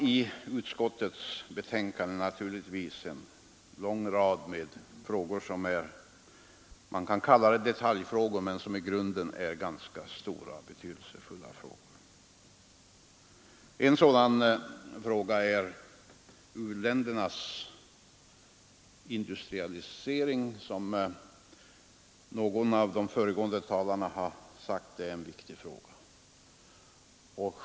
I utskottets betänkande behandlas en lång rad av vad man kunde kalla detaljfrågor som i grunden dock är ganska stora och betydelsefulla. En sådan fråga är u-ländernas industrialisering, vilken någon av de föregående talarna betecknade som viktig.